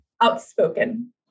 outspoken